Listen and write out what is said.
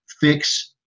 fix